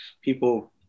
people